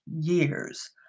years